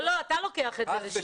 לא, לא, אתה לוקח את זה לשם.